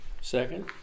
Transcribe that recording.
Second